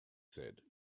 said